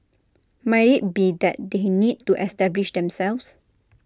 might IT be that they need to establish themselves